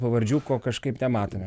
pavardžių ko kažkaip nematome